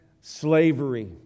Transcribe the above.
slavery